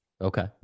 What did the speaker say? Okay